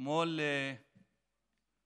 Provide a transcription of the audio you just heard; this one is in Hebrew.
אתמול ביפו היה עוד